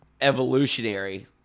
evolutionary